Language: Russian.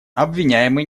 обвиняемый